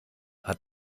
hat